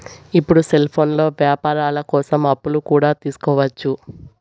ఇప్పుడు సెల్ఫోన్లో వ్యాపారాల కోసం అప్పులు కూడా తీసుకోవచ్చు